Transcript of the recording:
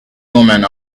woman